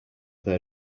their